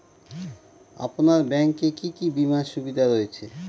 আপনার ব্যাংকে কি কি বিমার সুবিধা রয়েছে?